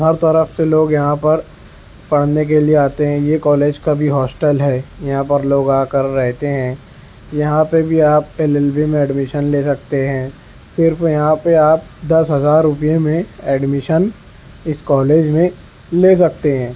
ہر طرف سے لوگ یہاں پر پڑھنے کے لیے آتے ہیں یہ کالج کا بھی ہاسٹل ہے یہاں پر لوگ آ کر رہتے ہیں یہاں پہ بھی آپ ایل ایل بی میں ایڈمیشن لے سکتے ہیں صرف یہاں پہ آپ دس ہزار روپئے میں ایڈمیشن اس کالج میں لے سکتے ہیں